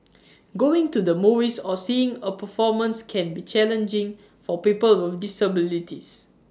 going to the movies or seeing A performance can be challenging for people with disabilities